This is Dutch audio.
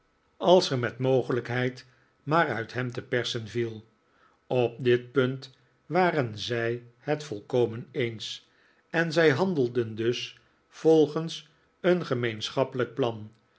als er met mogelijkheid maar uit hem te persen viel op dit punt waren zij het volkomen eens en zij handelden dus volgens een gemeenschappelijk plan